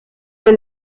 der